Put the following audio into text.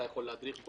אתה יכול להדריך,